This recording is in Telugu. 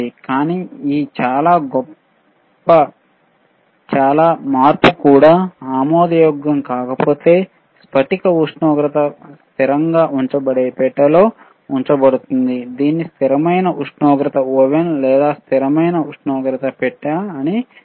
కానీ ఈ చాలా మార్పు కూడా ఆమోదయోగ్యం కాకపోతే స్ఫటిక ఉష్ణోగ్రత స్థిరంగా ఉంచబడే పెట్టెలో ఉంచబడుతుంది దీనిని స్థిరమైన ఉష్ణోగ్రత ఓవెన్ లేదా స్థిరమైన ఉష్ణోగ్రత పెట్టె అని పిలుస్తారు